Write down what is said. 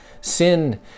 Sin